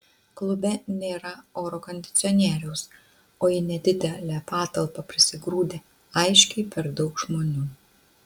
klube nėra oro kondicionieriaus o į nedidelę patalpą prisigrūdę aiškiai per daug žmonių